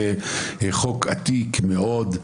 זה חוק עתיק מאוד.